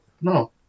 no